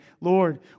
Lord